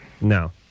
No